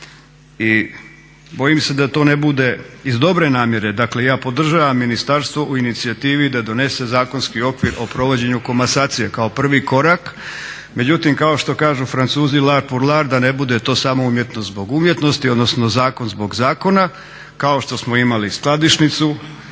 I bojim se da to ne bude iz dobre namjere. Dakle, ja podržavam ministarstvo u inicijativi da donese zakonski okvir o provođenju komasacije kao prvi korak. Međutim, kao što kažu Francuzi lar pur lar, da ne bude to samo umjetno zbog umjetnosti, odnosno zakon zbog zakona kao što smo imali skladišnicu